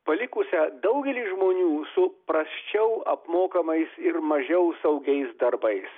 palikusią daugelį žmonių su prasčiau apmokamais ir mažiau saugiais darbais